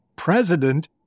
president